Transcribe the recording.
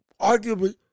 arguably